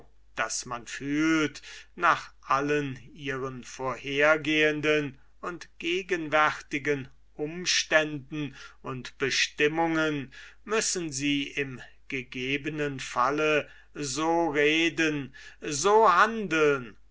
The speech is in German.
daß man fühlt nach ihrem besondern charakter nach allen ihren vorhergehenden und gegenwärtigen umständen und bestimmungen müssen sie im gegebenen falle so reden so handeln